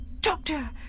Doctor